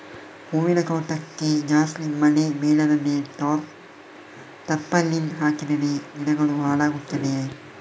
ಹೂವಿನ ತೋಟಕ್ಕೆ ಜಾಸ್ತಿ ಮಳೆ ಬೀಳದಂತೆ ಟಾರ್ಪಾಲಿನ್ ಹಾಕಿದರೆ ಗಿಡಗಳು ಹಾಳಾಗುತ್ತದೆಯಾ?